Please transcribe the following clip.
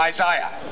Isaiah